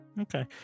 Okay